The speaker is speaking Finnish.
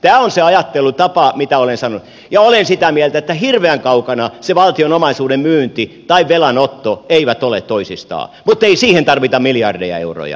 tämä on se ajattelutapa mitä olen sanonut ja olen sitä mieltä että hirveän kaukana se valtion omaisuuden myynti tai velanotto eivät ole toisistaan muttei siihen tarvita miljardeja euroja